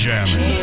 Jamming